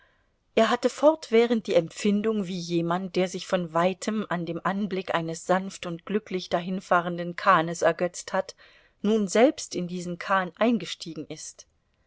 er hatte fortwährend die empfindung wie jemand der sich von weitem an dem anblick eines sanft und glücklich dahinfahrenden kahnes ergötzt hat nun selbst in diesen kahn eingestiegen ist